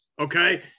Okay